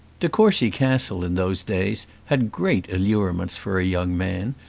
de courcy castle in those days had great allurements for a young man,